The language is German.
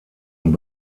und